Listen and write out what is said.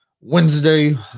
Wednesday